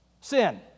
Sin